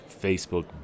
Facebook